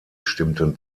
stimmten